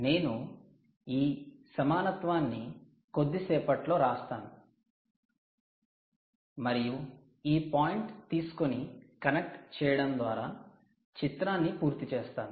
నేను ఈ సమానత్వాన్ని కొద్దిసేపట్లో వ్రాస్తాను మరియు ఈ పాయింట్ తీసుకొని కనెక్ట్ చేయడం ద్వారా చిత్రాన్ని పూర్తి చేస్తాను